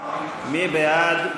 מי בעד?